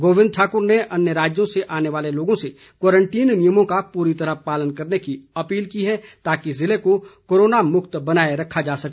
गोविंद ठाकुर ने अन्य राज्यों से आने वाले लोगों से क्वारंटीन नियमों का पूरी तरह पालन करने की अपील की है ताकि ज़िले को कोरोना मुक्त बनाए रखा जा सके